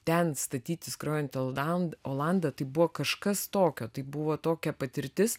ten statyti skrajojantį olan olandą tai buvo kažkas tokio tai buvo tokia patirtis